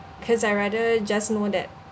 cause I rather just know that